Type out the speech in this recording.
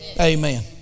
Amen